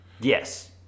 Yes